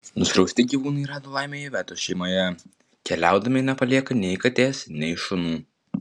nuskriausti gyvūnai rado laimę ivetos šeimoje keliaudama nepalieka nei katės nei šunų